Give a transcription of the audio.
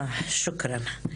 תודה.